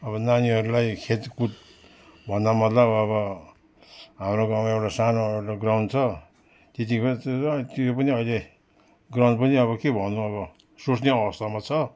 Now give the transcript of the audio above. अब नानीहरूलाई खेलकुद भन्नु मतलब अब हाम्रो गाउँमा एउटा सानो एउटा ग्राउन्ड छ त्यति त्यो पनि अहिले ग्राउन्ड पनि अब के भन्नु अब सोच्ने अवस्थामा छ